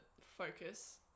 focus